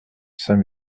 saint